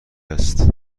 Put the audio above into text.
است